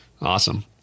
Awesome